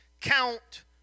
count